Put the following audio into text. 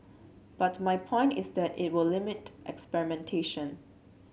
but my point is that it will limit experimentation